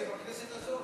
זה בכנסת הזאת.